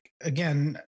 again